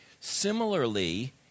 Similarly